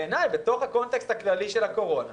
בעיניי בתוך הקונטקסט הכללי של הקורונה,